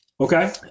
Okay